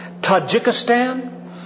Tajikistan